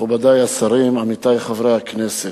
מכובדי השרים, עמיתי חברי הכנסת,